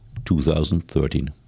2013